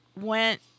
went